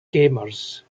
gamers